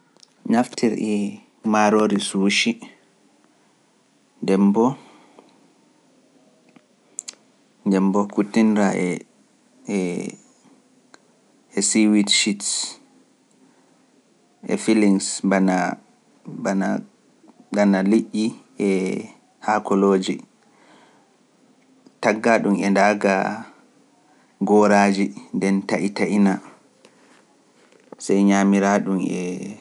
Naftir e maaroori sooshi, nden boo - nden boo kuutiniraa e siiwit sheets e fillings bana - bana - bana liƴƴi e haakolooji, taggaa-ɗum e ndaaga gooraaji nden taƴitaƴina, sey nyaamiraa-ɗum e